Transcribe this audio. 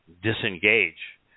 disengage